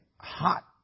hot